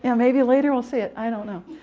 and maybe later we'll see it, i don't know.